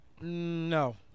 No